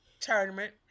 tournament